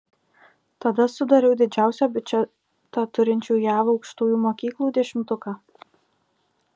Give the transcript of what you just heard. tada sudariau didžiausią biudžetą turinčių jav aukštųjų mokyklų dešimtuką